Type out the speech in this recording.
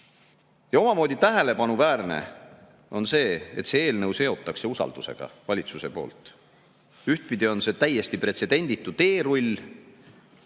Ja omamoodi tähelepanuväärne on see, et see eelnõu seotakse valitsuse poolt usaldusega. Ühtpidi on see täiesti pretsedenditu teerull,